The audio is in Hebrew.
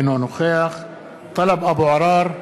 אינו נוכח טלב אבו עראר,